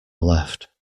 left